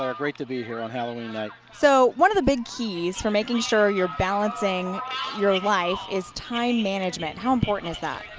ah great to be here. ah i mean like so one of the big keys for making sure you're balancing your life is time management. how important is that?